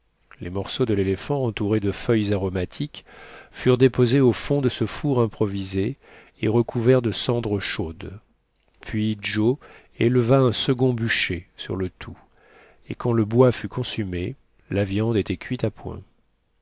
les morceaux de l'éléphant entourés de feuilles aromatiques furent déposés au fond de ce four improvisé et recouverts de cendres chaudes puis joe éleva un second bûcher sur le tout et quand le bois fut consumé la viande était cuite à point